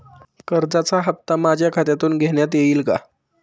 कर्जाचा हप्ता माझ्या खात्यातून घेण्यात येईल का?